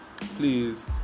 please